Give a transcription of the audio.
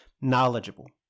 knowledgeable